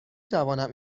توانم